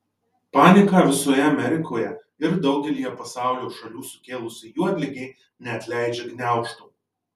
paniką visoje amerikoje ir daugelyje pasaulio šalių sukėlusi juodligė neatleidžia gniaužtų